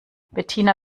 bettina